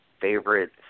favorite